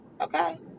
Okay